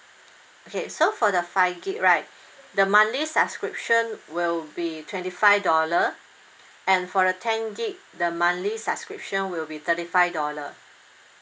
okay so for the five gig right the monthly subscription will be twenty five dollar and for the ten gig the monthly subscription will be thirty five dollar